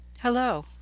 Hello